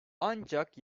ancak